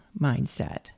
mindset